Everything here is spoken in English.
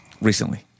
recently